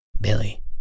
Billy